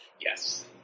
Yes